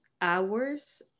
hours